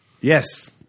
Yes